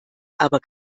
aber